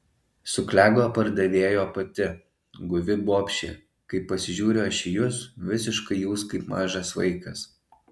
suklego pardavėjo pati guvi bobšė kai pasižiūriu aš į jus visiškai jūs kaip mažas vaikas